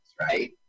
right